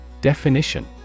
Definition